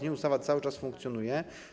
Nie, ustawa cały czas funkcjonuje.